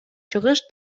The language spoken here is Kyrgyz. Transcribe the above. чыгыш